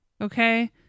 okay